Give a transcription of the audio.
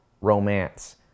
romance